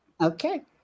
Okay